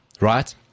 right